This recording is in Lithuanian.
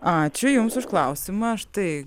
ačiū jums už klausimą štai